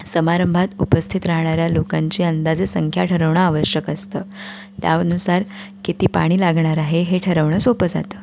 समारंभात उपस्थित राहणाऱ्या लोकांची अंदाजे संख्या ठरवणं आवश्यक असतं त्यानुसार किती पाणी लागणार आहे हे ठरवणं सोपं जातं